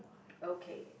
okay